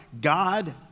God